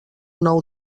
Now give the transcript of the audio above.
nou